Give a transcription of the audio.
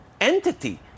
entity